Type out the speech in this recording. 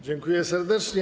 Dziękuję serdecznie.